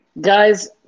Guys